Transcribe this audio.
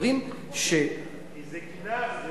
אומרים, זה קנס.